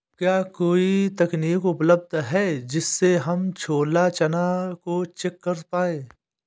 क्या कोई तकनीक उपलब्ध है जिससे हम छोला चना को चेक कर पाए?